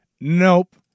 Nope